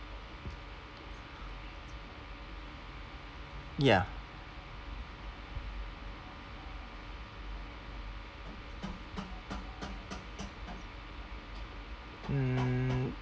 ya mm